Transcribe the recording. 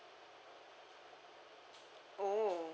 oh